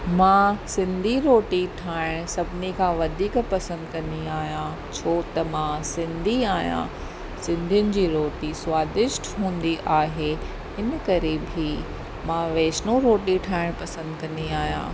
मां सिंधी रोटी ठाहिण सभिनी खां वधीक पसंदि कंदी आहियां छो त मां सिंधी आहियां सिंधीयुनि जी रोटी स्वादिष्ट हूंदी आहे हिन करे बि मां वैष्णो रोटी ठाहिण पसंदि कंदी आहियां